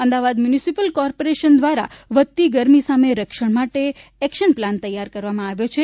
Ahmedabad municipal corporation દ્વારા વધતી ગરમી સામે રક્ષણ માટે એક્શન પ્લાન તૈયાર કરવામાં આવ્યો છે